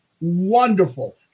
wonderful